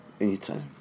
Anytime